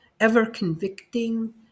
ever-convicting